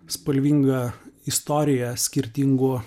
spalvingą istoriją skirtingų